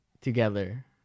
together